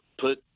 put